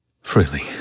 freely